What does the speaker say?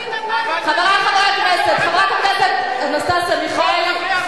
חברת הכנסת אנסטסיה מיכאלי,